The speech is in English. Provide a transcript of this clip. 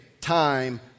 time